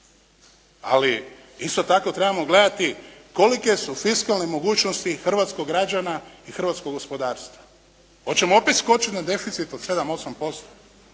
ali isto tako trebamo gledati kolike su fiskalne mogućnosti hrvatskog građana i hrvatskog gospodarstva. Hoćemo opet skočiti na deficit od 7,8%?